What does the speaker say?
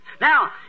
Now